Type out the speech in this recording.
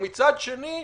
ומצד שני,